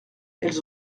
elles